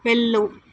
వెళ్ళు